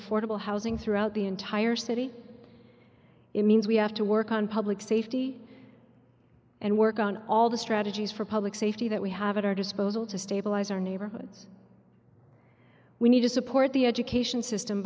affordable housing throughout the entire city it means we have to work on public safety and work on all the strategies for public safety that we have at our disposal to stabilize our neighborhoods we need to support the education system